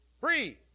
free